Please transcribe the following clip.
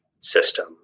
system